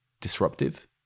disruptive